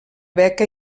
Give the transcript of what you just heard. beca